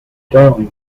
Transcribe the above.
darling